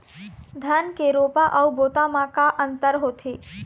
धन के रोपा अऊ बोता म का अंतर होथे?